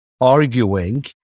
arguing